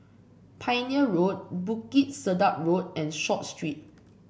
Pioneer Road Bukit Sedap Road and Short Street